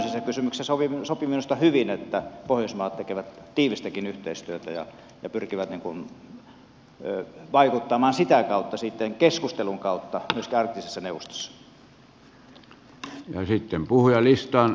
tämmöisissä kysymyksissä sopii minusta hyvin että pohjoismaat tekevät tiivistäkin yhteistyötä ja pyrkivät vaikuttamaan sitä kautta sitten keskustelun kautta myöskin arktisessa neuvostossa